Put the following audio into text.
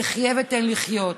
זה "חייה ותן לחיות",